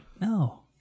no